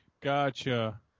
Gotcha